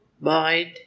mind